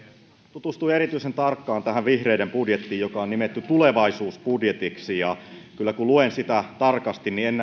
tutustuin erityisen tarkkaan tähän vihreiden budjettiin joka on nimetty tulevaisuusbudjetiksi ja kun luen sitä tarkasti niin en